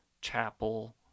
chapel